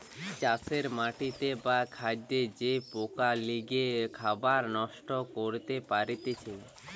চাষের মাটিতে বা খাদ্যে যে পোকা লেগে খাবার নষ্ট করতে পারতিছে